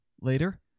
later